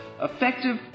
effective